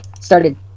started